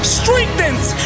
strengthens